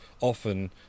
often